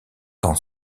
quand